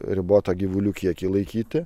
ribotą gyvulių kiekį laikyti